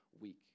week